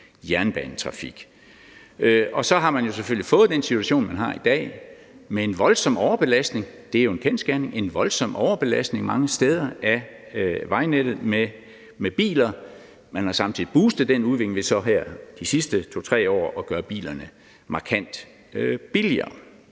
jernbanetrafik. Så har man jo selvfølgelig fået den situation, man har i dag, med en voldsom overbelastning – det er jo en kendsgerning – mange steder af vejnettet med biler. Man har samtidig boostet den udvikling her de sidste 2-3 år ved at gøre bilerne markant billigere.